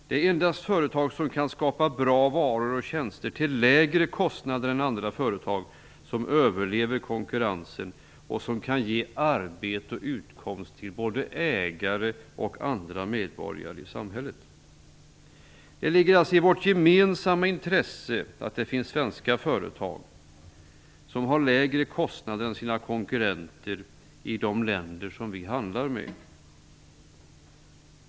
Det är endast företag som kan skapa bra varor och tjänster till lägre kostnader än andra företag som överlever konkurrensen och som kan ge arbete och utkomst till både ägare och övriga medborgare i samhället. Det ligger alltså i vårt gemensamma intresse att det finns svenska företag som har lägre kostnader än sina konkurrenter i de länder som vi handlar med.